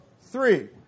Three